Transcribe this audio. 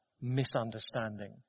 misunderstanding